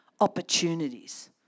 Opportunities